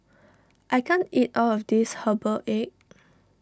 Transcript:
I can't eat all of this Herbal Egg